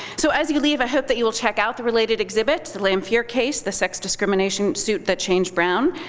so as you leave i hope that you will check out the related exhibits, the lamphere case, the sex discrimination suit that changed brown,